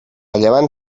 llevant